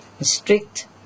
Strict